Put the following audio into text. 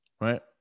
right